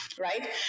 right